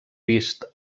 vist